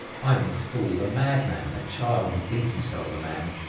i am a fool, a madman, a child who thinks himself a man.